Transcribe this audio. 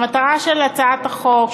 המטרה של הצעת החוק,